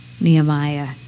Nehemiah